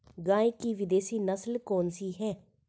गाय की विदेशी नस्ल कौन सी है?